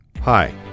Hi